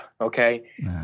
okay